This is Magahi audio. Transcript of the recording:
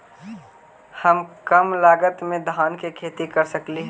हम कम लागत में धान के खेती कर सकहिय?